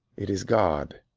it is god.